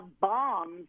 bombs